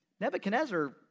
Nebuchadnezzar